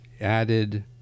added